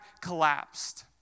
collapsed